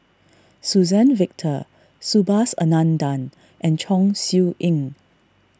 Suzann Victor Subhas Anandan and Chong Siew Ying